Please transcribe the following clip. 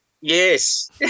Yes